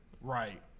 Right